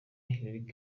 hillary